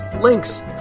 links